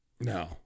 No